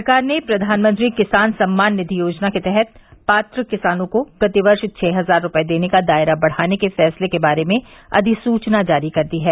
सरकार ने प्रधानमंत्री किसान सम्मान निधि योजना के तहत पात्र किसानों को प्रतिवर्ष छह हजार रुपये देने का दायरा बढ़ाने के फैसले के बारे में अधिसुचना जारी कर दी है